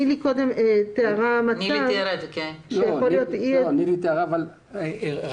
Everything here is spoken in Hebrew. נילי קודם תיארה מצב --- רחל אוחנה, אתן